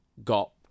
got